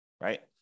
right